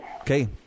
Okay